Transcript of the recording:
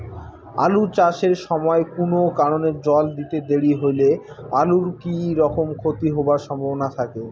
আলু চাষ এর সময় কুনো কারণে জল দিতে দেরি হইলে আলুর কি রকম ক্ষতি হবার সম্ভবনা থাকে?